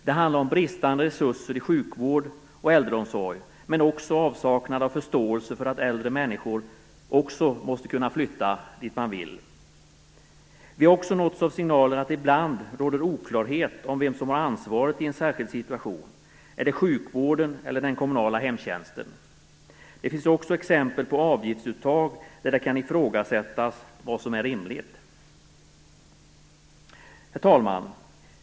Det handlar om bristande resurser i sjukvård och äldreomsorg men också om avsaknad av förståelse för att äldre människor också måste kunna flytta dit de vill. Vi har också nåtts av signalen att det ibland råder oklarhet om vem som har ansvaret i en särskild situation. Är det sjukvården eller den kommunala hemtjänsten. Det finns också exempel på avgiftsuttag där det kan ifrågasättas vad som är rimligt. Herr talman!